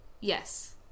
Yes